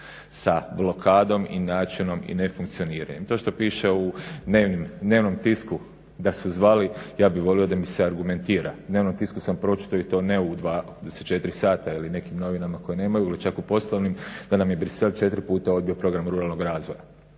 sa blokadom i načinom i nefunkcioniranjem. To što piše u dnevnom tisku da su zvali ja bih volio da mi se argumentira. U dnevnom tisku sam pročitao i to ne u 24 sata ili nekim novinama koje nemaju ili čak u poslovnim da nam je Bruxelles 4 puta odbio program ruralnog razvoja